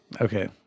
Okay